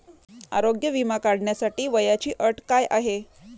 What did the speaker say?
आरोग्य विमा काढण्यासाठी वयाची अट काय आहे?